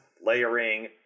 layering